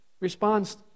responds